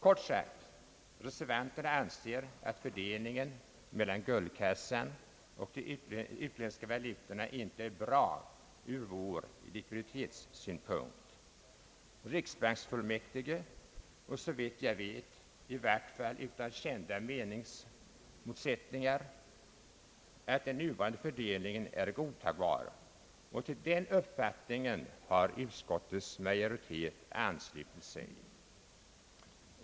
Kort sagt: reservanterna anser att fördelningen mellan guldkassan och de utländska valutorna inte är bra ur likviditetssynpunkt. Riksbanksfullmäktige anser, såvitt jag vet utan i vart fall kända meningsmotsättningar, att den nuvarande fördelningen är godtagbar, och till denna uppfattning har utskottets majoritet anslutit sig.